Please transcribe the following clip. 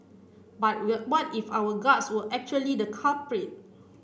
but but if our guts were actually the culprit